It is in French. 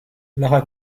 lara